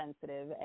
sensitive